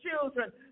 children